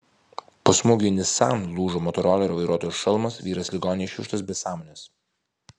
po smūgio į nissan lūžo motorolerio vairuotojo šalmas vyras į ligoninę išvežtas be sąmonės